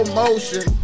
motion